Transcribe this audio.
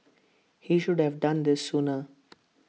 he should have done this sooner